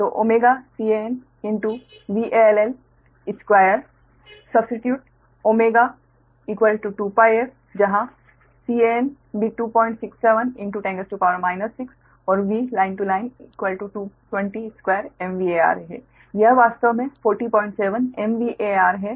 तो ωCanVLL2 substitute ω2πf आपका Can भी 26710 6 और VLL 2202 MVAR है यह वास्तव में 4070 MVAR है